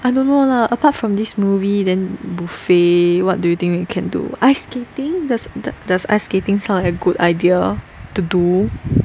I don't know lah apart from these movie then buffet what do you think we can do ice skating does does ice skating sound like a good idea to do